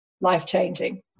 life-changing